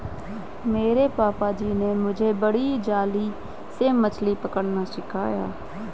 मेरे पापा जी ने मुझे बड़ी जाली से मछली पकड़ना सिखाया